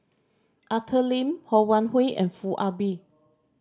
Arthur Lim Ho Wan Hui and Foo Ah Bee